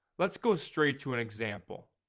let's go straight to an example.